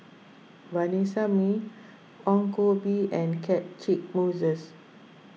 Vanessa Mae Ong Koh Bee and Catchick Moses